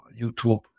YouTube